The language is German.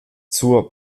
zur